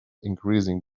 increasing